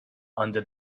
under